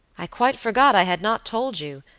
i quite forgot i had not told you,